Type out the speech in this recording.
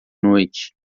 noite